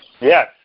Yes